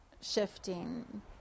shifting